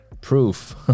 proof